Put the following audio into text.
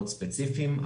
מאוד ספציפיים,